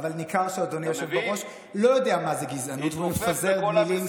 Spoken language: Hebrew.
אז אני מודיע לך שאתה מדבר שטויות.